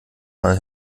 mal